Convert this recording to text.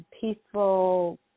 peaceful